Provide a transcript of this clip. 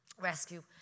rescue